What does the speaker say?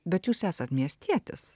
bet jūs esat miestietis